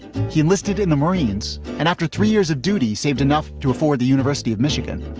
he enlisted in the marines and after three years of duty, saved enough to afford the university of michigan.